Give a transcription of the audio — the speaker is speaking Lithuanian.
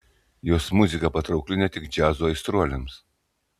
jos muzika patraukli ne tik džiazo aistruoliams